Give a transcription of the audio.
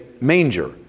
manger